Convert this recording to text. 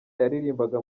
yaririmbaga